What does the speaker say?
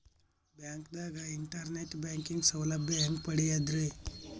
ಬ್ಯಾಂಕ್ದಾಗ internet banking ಸೌಲಭ್ಯ ಹೆಂಗ್ ಪಡಿಯದ್ರಿ?